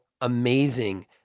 amazing